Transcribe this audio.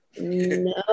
no